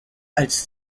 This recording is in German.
als